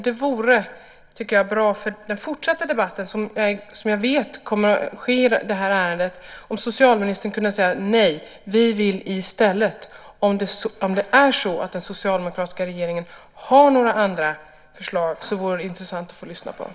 Det vore, tycker jag, bra för den fortsatta debatt som jag vet kommer att äga rum i det här ärendet, om socialministern kunde säga: Nej, vi vill i stället det här. Om det är så att den socialdemokratiska regeringen har några andra förslag så vore det intressant att få lyssna på dem.